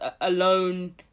alone